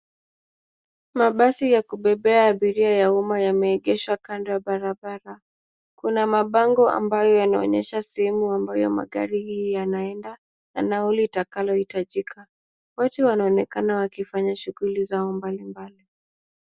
Mabasi ya kubebea abiria ya umma yameegeshwa kando ya barabara kuna mbango ambayo yanaonyesha sehemu ambayo magari hii yanaenda na nauli itakayo hitajika watu wanaonekana wakifanya shughuli zao mbali mbali.